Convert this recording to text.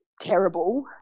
terrible